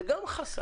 זה גם חסם.